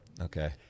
Okay